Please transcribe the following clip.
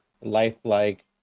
lifelike